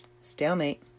Stalemate